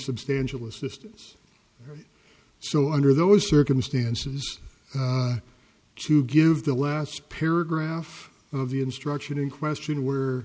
substantial assistance so under those circumstances to give the last paragraph of the instruction in question were